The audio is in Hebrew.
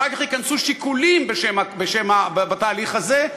ואחר כך ייכנסו שיקולים בתהליך הזה,